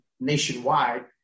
nationwide